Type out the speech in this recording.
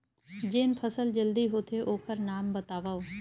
जेन फसल जल्दी होथे ओखर नाम बतावव?